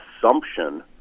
assumption